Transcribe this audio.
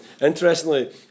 Interestingly